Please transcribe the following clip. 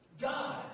God